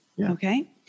Okay